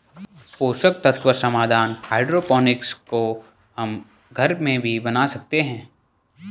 पोषक तत्व समाधान हाइड्रोपोनिक्स को हम घर में भी बना सकते हैं